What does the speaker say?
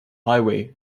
highway